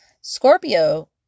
Scorpio